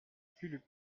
fulup